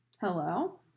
hello